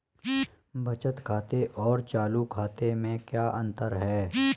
बचत खाते और चालू खाते में क्या अंतर है?